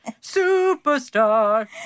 superstar